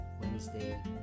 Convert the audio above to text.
Wednesday